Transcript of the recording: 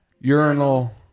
urinal